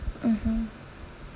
mmhmm